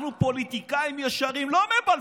אנחנו פוליטיקאים ישרים, לא מבלפים.